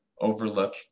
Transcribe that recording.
overlook